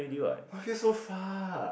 [wah] feel so far